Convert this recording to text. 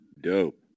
Dope